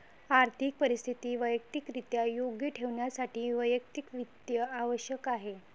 आर्थिक परिस्थिती वैयक्तिकरित्या योग्य ठेवण्यासाठी वैयक्तिक वित्त आवश्यक आहे